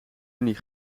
unie